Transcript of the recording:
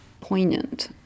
poignant